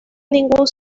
ningún